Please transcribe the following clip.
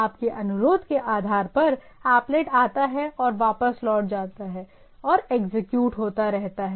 आपके अनुरोध के आधार पर एप्लेट आता है और वापस लौट जाता है और एग्जीक्यूट होता रहता है